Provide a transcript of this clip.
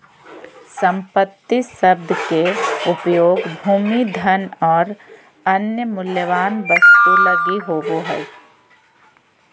संपत्ति शब्द के उपयोग भूमि, धन और अन्य मूल्यवान वस्तु लगी होवे हइ